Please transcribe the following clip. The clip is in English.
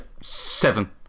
seven